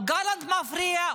או שגלנט מפריע,